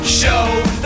show